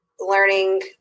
learning